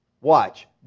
watch